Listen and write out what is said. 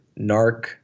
NARC